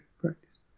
Practice